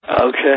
Okay